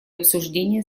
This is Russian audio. обсуждения